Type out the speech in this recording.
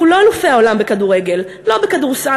אנחנו לא אלופי העולם בכדורגל, לא בכדורסל.